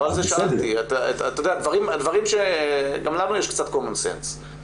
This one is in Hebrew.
גם לנו יש קצת קומן-סנס.